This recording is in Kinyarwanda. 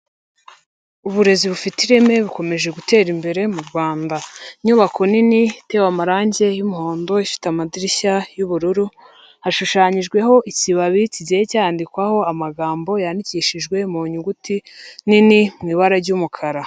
Uburezi bufite ireme bukomeje gutera imbere mu Rwanda, inyubako nini iteweho amarangi y'umuhondo, ifite amadirishya y'ubururu, hashushanyijweho ikibabi kigiye cyandikwaho amagambo yandikishijwe mu nyuguti nini mu ibara ry'umukara.